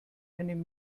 einem